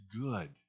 good